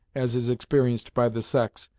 as is experienced by the sex,